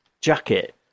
jacket